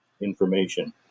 information